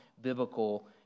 biblical